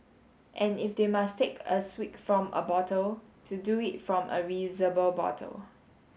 and if they must take a swig from a bottle to do it from a reusable bottle